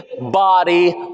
body